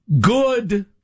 good